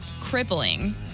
crippling